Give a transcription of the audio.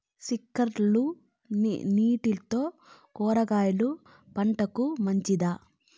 స్ప్రింక్లర్లు నీళ్లతో కూరగాయల పంటకు మంచిదా?